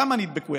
למה נדבקו,